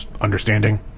understanding